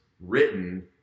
written